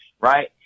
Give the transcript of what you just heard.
right